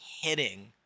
hitting